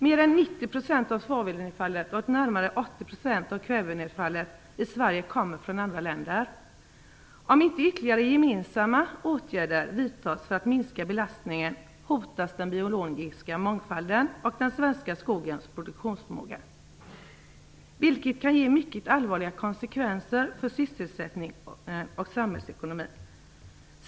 Mer än 90 % av svavelnedfallet och närmare 80 % av kvävenedfallet i Sverige kommer från andra länder. Om inte ytterligare gemensamma åtgärder för att minska belastningen vidtas, hotas den biologiska mångfalden och den svenska skogens produktionsförmåga, vilket kan ge mycket allvarliga konsekvenser för sysselsättningen och samhällsekonomin.